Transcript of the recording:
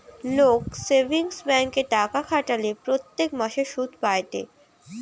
লোক সেভিংস ব্যাঙ্কে টাকা খাটালে প্রত্যেক মাসে সুধ পায়েটে